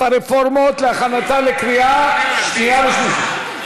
הרפורמות להכנתה לקריאה שנייה ושלישית.